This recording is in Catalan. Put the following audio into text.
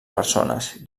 persones